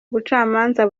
ubucamanza